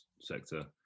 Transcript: sector